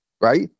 Right